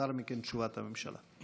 לאחר מכן תשובת הממשלה.